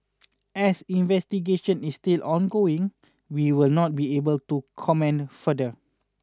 as investigation is still ongoing we will not be able to comment further